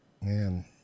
man